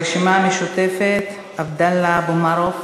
הרשימה המשותפת, עבדאללה אבו מערוף.